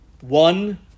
One